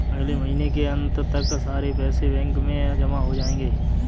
अगले महीने के अंत तक सारे पैसे बैंक में जमा हो जायेंगे